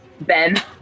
Ben